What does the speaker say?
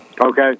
Okay